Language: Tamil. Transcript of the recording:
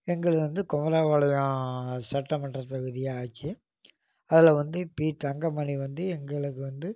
எங்களது வந்து குமராபாளையம் சட்டமன்ற தொகுதியாக ஆச்சு அதில் வந்து பி தங்கமணி வந்து எங்களுக்கு வந்து